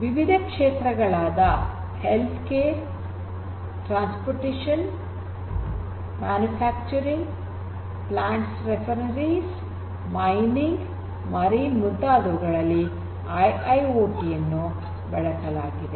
ವಿವಿಧ ಕ್ಷೇತ್ರಗಳಾದ health care transportation manufacturing plants refineries mining marine ಮುಂತಾದವುಗಳಲ್ಲಿ ಐಐಓಟಿ ಯನ್ನು ಬಳಸಲಾಗಿದೆ